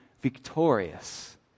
victorious